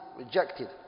rejected